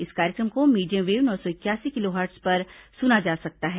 इस कार्यक्रम को मीडियम वेव नौ सौ इकयासी किलोहर्ट्ज पर सुना जा सकता है